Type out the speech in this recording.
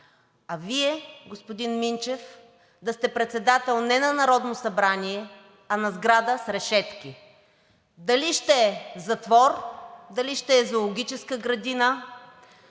а Вие, господин Минчев, да сте председател не на Народно събрание, а на сграда с решетки. Дали ще е затвор, дали ще е зоологическа градина